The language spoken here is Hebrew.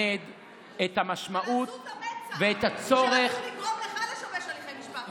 על עזות המצח שרצו לגרום לך לשבש הליכי משפט,